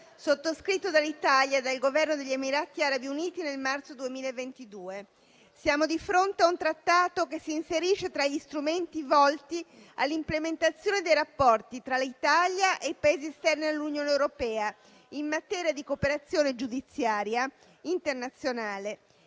sottoscritto dall'Italia e dal Governo degli Emirati Arabi Uniti nel marzo 2022. Siamo di fronte a un Trattato che si inserisce tra gli strumenti volti all'implementazione dei rapporti tra l'Italia e i Paesi esterni all'Unione europea in materia di cooperazione giudiziaria internazionale